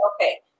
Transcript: okay